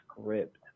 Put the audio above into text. script